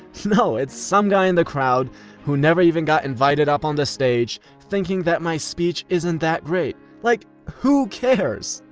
no! it's some guy in the crowd who never even got invited up on the stage thinking that my speech isn't that great! like who cares!